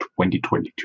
2022